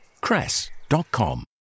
cress.com